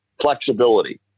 flexibility